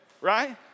Right